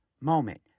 moment